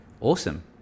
Awesome